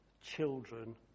children